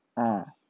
uh